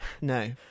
No